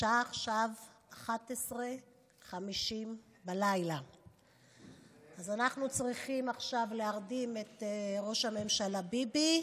השעה עכשיו 23:50. אנחנו צריכים עכשיו להרדים את ראש הממשלה ביבי,